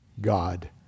God